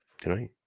tonight